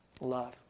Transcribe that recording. Love